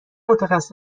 متخصص